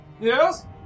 Yes